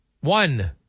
One